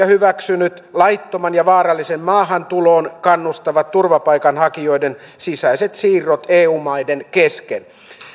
hyväksynyt laittomaan ja vaaralliseen maahantuloon kannustavat turvapaikanhakijoiden sisäiset siirrot eu maiden kesken